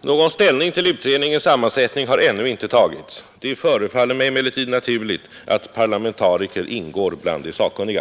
Någon ställning till utredningens sammansättning har ännu inte tagits. Det förefaller mig emellertid naturligt att parlamentariker ingår bland de sakkunniga.